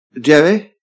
Jerry